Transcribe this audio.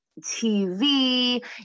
TV